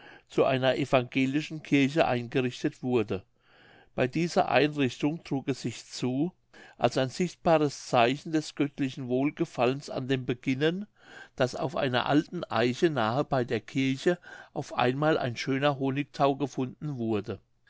zu einer evangelischen kirche eingerichtet wurde bei dieser einrichtung trug es sich zu als ein sichtbares zeichen des göttlichen wohlgefallens an dem beginnen daß auf einer alten eiche nahe bei der kirche auf einmal ein schöner honigthau gefunden wurde